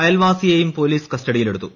അയൽവാസിയെയും police കസ്റ്റഡിയിലെടുത്തു